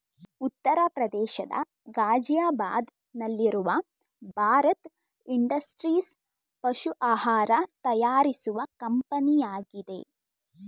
ಉತ್ತರ ಪ್ರದೇಶದ ಗಾಜಿಯಾಬಾದ್ ನಲ್ಲಿರುವ ಭಾರತ್ ಇಂಡಸ್ಟ್ರೀಸ್ ಪಶು ಆಹಾರ ತಯಾರಿಸುವ ಕಂಪನಿಯಾಗಿದೆ